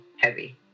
heavy